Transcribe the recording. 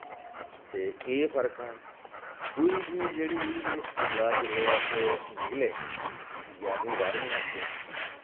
ते एह् फर्क हा दूई चीज जेह्ड़ी ही जेह्ड़ी स्कूला जिल्लै अस निकले ग्यारह्मी बारह्मी आस्तै